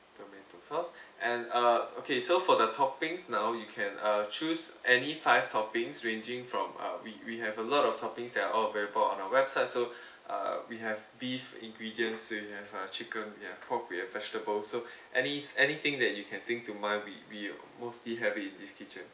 tomato sauce and uh okay so for the toppings now you can uh choose any five toppings ranging from uh we we have a lot of toppings that are all available on our website so uh we have beef ingredients we have have uh chicken we have pork we have vegetable so any anything that you can think to mind we we mostly have it in this kitchen